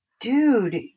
dude